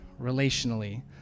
relationally